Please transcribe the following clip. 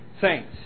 Saints